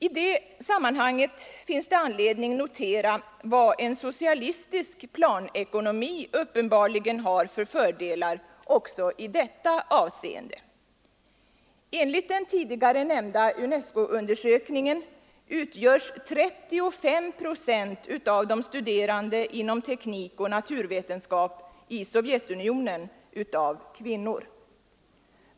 I det sammanhanget finns det anledning notera vad en socialistisk planekonomi uppenbarligen har för fördelar också i detta avseende. Enligt den tidigare nämnda UNESCO-undersökningen utgörs 35 procent av de studerande inom teknik och naturvetenskap i Sovjetunionen av kvinnor.